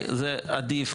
זה עדיף,